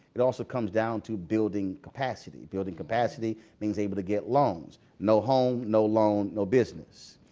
it also comes down to building capacity. building capacity means able to get loans. no home, no loan, no business.